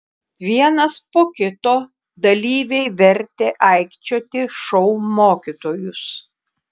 vienas po kito dalyviai vertė aikčioti šou mokytojus